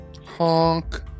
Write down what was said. Honk